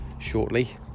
shortly